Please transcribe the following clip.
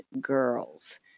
girls